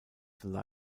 the